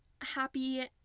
happy